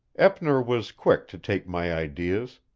eppner was quick to take my ideas.